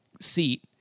seat